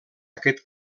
aquest